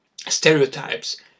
stereotypes